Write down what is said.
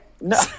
no